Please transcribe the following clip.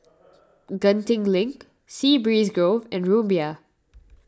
Genting Link Sea Breeze Grove and Rumbia